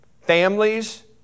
families